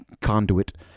conduit